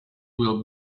will